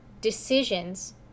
decisions